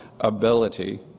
ability